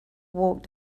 walked